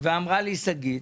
ואמרה לי שגית,